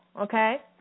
okay